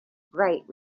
bright